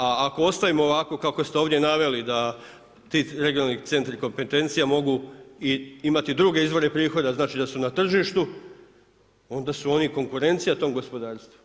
A ako ostavimo ovako kako ste ovdje naveli da ti regionalni centri kompetencija mogu imati druge izvore prihoda, znači da su na tržištu, onda su oni konkurencija tom gospodarstvu.